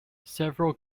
several